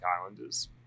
islanders